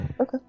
Okay